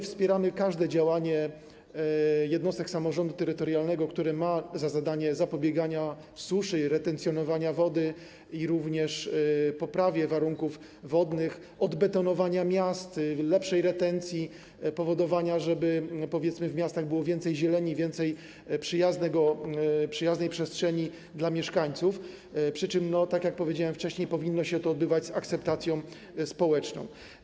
Wspieramy każde działanie jednostek samorządu terytorialnego, które ma za zadanie zapobieganie suszy, retencjonowanie wody i poprawę warunków wodnych, odbetonowanie miast, lepszą retencję, spowodowanie, żeby w miastach było więcej zieleni, więcej przyjaznej przestrzeni dla mieszkańców, przy czym, jak powiedziałem wcześniej, powinno się to odbywać z akceptacją społeczną.